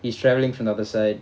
he's travelling from the other side